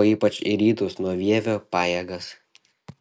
o ypač į rytus nuo vievio pajėgas